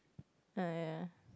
oh ya